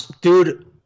Dude